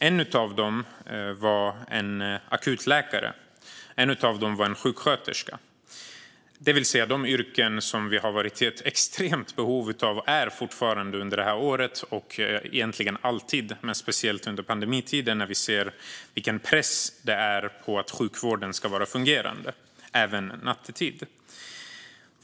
En av dem var en akutläkare, och en annan var en sjuksköterska, det vill säga de yrken som vi har haft ett extremt behov av under det här året - egentligen har vi alltid ett extremt behov av dem, men speciellt under pandemin är behovet stort när det råder en sådan press på att sjukvården ska vara fungerande även nattetid.